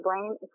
blame